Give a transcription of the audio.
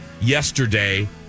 yesterday